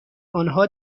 آنها